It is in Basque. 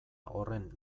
horren